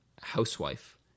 housewife